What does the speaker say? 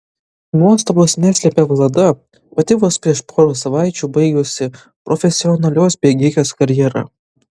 nuostabos neslepia vlada pati vos prieš porą savaičių baigusi profesionalios bėgikės karjerą